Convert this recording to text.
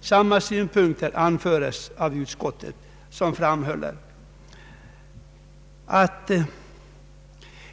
Samma synpunkter anföres av utskottet, som framhåller att